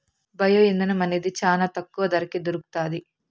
bio ఇంధనం అనేది చానా తక్కువ ధరకే దొరుకుతాది